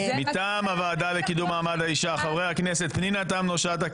מטעם הוועדה לקידום מעמד האישה חברי הכנסת פנינה תמנו שטה,